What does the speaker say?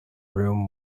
room